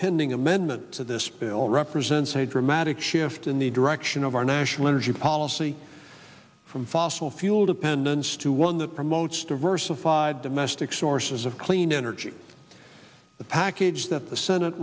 pending amendment to this bill represents a dramatic shift in the direction of our national energy policy from fossil fuel dependence to one that promotes diversified domestic sources of clean energy a package that the senate